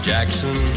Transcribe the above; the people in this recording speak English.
Jackson